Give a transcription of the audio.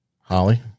Holly